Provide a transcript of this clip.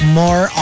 more